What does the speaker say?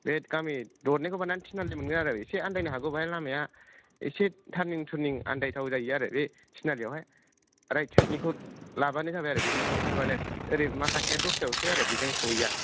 बे गामि दरनैखौ बारनानै थिनालि मोनगोन आरो एसे आनदायनो हागौ बाहाय लामाया एसे थारनिं थुरनिं आनदायथाव जायैयो आरो बे थिनालि आवहाय रायथ साइदनिखौ लाबानो जाबाय आरो बेजों थांथारबानो ओरै माखासे आ दस्राआवसो आरो बेजों सयैया